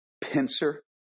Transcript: pincer